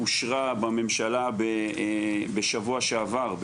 שאושרה בממשלה בשבוע שעבר,